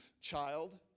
child